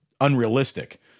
unrealistic